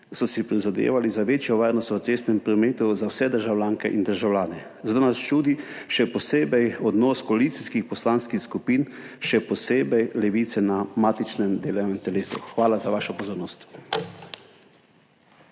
so si prizadevali za večjo varnost v cestnem prometu za vse državljanke in državljane, zato nas čudi odnos koalicijskih poslanskih skupin, še posebej Levice, na matičnem delovnem telesu. Hvala za vašo pozornost.